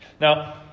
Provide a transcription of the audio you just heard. Now